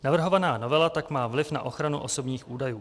Navrhovaná novela tak má vliv na ochranu osobních údajů.